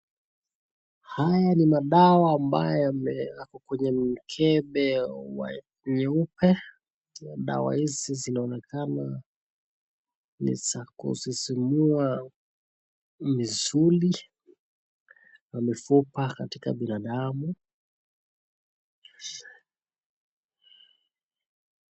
Haya ni madawa ambayo yako kwenye mkebe wa nyeupe, dawa hizi zinaonekana ni za kusisimua misuli na mifupa katika binadamu.